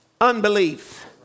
Unbelief